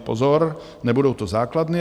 Pozor, nebudou to základny!